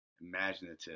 imaginative